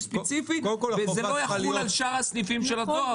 ספציפי וזה לא יחול על שאר הסניפים של הדואר?